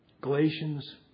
Galatians